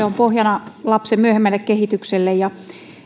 on pohjana lapsen myöhemmälle kehitykselle ja